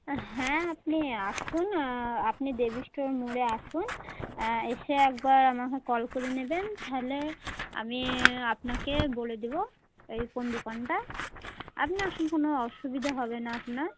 হ্যাঁ আপনি আসুন আপনি দেবী স্টোর মোড়ে আসুন এসে একবার আমাকে কল করে নেবেন তাহলে আমি আপনাকে বলে দেবো এই কোন দোকানটা আপনি আসুন কোনো অসুবিধে হবে না আপনার